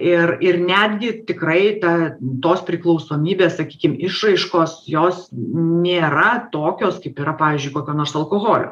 ir ir netgi tikrai ta tos priklausomybės sakykim išraiškos jos nėra tokios kaip yra pavyzdžiui kokio nors alkoholio